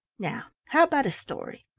now, how about a story?